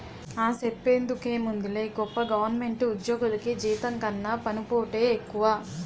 ఆ, సెప్పేందుకేముందిలే గొప్ప గవరమెంటు ఉజ్జోగులికి జీతం కన్నా పన్నుపోటే ఎక్కువ